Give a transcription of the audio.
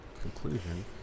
conclusion